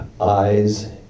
eyes